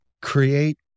create